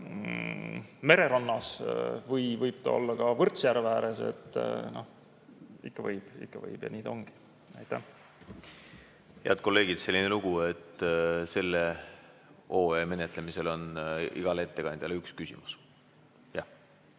mererannas või võib ta olla ka Võrtsjärve ääres – noh, ikka võib. Ikka võib ja nii ta ongi. Head kolleegid, selline lugu, et selle OE menetlemisel on igale ettekandjale üks küsimus. Jah.